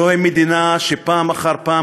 זוהי מדינה שפעם אחר פעם,